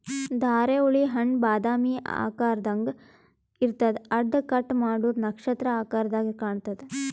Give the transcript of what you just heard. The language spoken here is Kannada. ಧಾರೆಹುಳಿ ಹಣ್ಣ್ ಬಾದಾಮಿ ಆಕಾರ್ದಾಗ್ ಇರ್ತದ್ ಅಡ್ಡ ಕಟ್ ಮಾಡೂರ್ ನಕ್ಷತ್ರ ಆಕರದಾಗ್ ಕಾಣತದ್